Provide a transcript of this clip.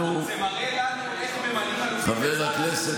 כשאתה אומר לנו: איך ממנים אלופים